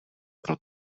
pro